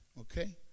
okay